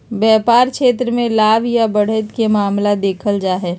व्यापार क्षेत्र मे लाभ या बढ़त के मामला देखल जा हय